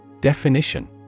Definition